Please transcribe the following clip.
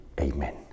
Amen